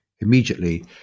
immediately